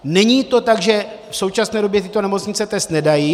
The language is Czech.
Není to tak, že v současné době tyto nemocnice test nedělají.